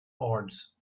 odds